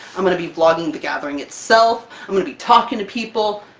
i'm going to be vlogging the gathering itself, i'm gonna be talking to people.